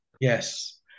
yes